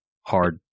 hard